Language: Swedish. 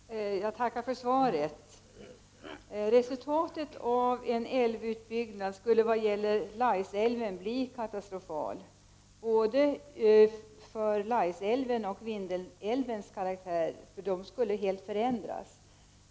Herr talman! Jag tackar för svaret. Resultatet av en älvutbyggnad skulle när det gäller Laisälven bli katastrofal, för både Laisälvens och Vindelälvens karaktärer, då de helt skulle förändras.